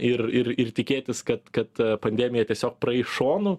ir ir ir tikėtis kad kad pandemija tiesiog praeis šonu